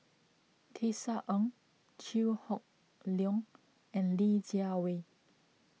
Tisa Ng Chew Hock Leong and Li Jiawei